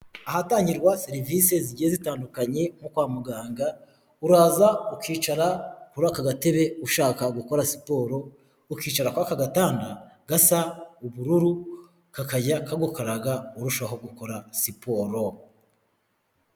Ahatangirwa serivise zigiye zitandukanye, nko kwa muganga, uraza ukicara kuri aka gatebe ushaka gukora siporo, ukicara ku aka gatanda gasa ubururu, kakajya kagukaraga, urushaho gukora siporo.